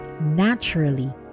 naturally